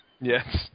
yes